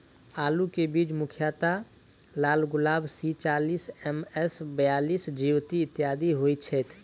आलु केँ बीज मुख्यतः लालगुलाब, सी चालीस, एम.एस बयालिस, ज्योति, इत्यादि होए छैथ?